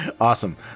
Awesome